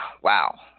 Wow